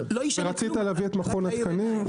ורצית להביא את מכון התקנים.